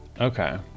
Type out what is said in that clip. Okay